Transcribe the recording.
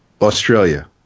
australia